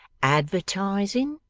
advertising?